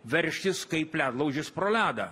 veržtis kaip ledlaužis pro ledą